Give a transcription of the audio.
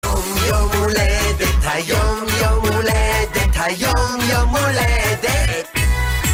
היום יום הולדת, היום יום הולדת, היום יום הולדת